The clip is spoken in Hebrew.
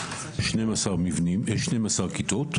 למבנה של 12 כיתות,